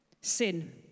Sin